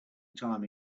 time